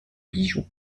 bijoux